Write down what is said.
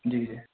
جی جی